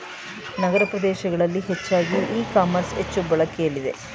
ನಗರ ಪ್ರದೇಶಗಳಲ್ಲಿ ಹೆಚ್ಚಾಗಿ e commerce ಹೆಚ್ಚು ಬಳಕೆಲಿದೆ